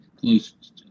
close